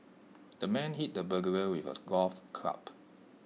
the man hit the burglar with A golf club